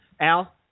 Al